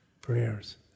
prayers